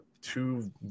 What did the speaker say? two